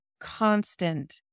constant